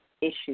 issues